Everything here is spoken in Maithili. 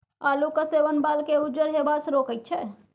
आलूक सेवन बालकेँ उज्जर हेबासँ रोकैत छै